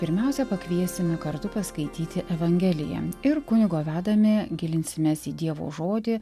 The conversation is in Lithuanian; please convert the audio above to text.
pirmiausia pakviesime kartu paskaityti evangeliją ir kunigo vedami gilinsimės į dievo žodį